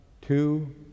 two